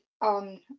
on